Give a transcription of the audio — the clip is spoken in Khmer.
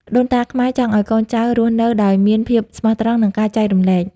ដូនតាខ្មែរចង់ឱ្យកូនចៅរស់នៅដោយមានភាពស្មោះត្រង់ និងការចែករំលែក។